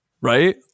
Right